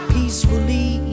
Peacefully